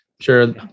sure